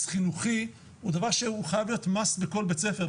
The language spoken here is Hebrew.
חינוכי הוא דבר שהוא חייב להיות בכל בית ספר.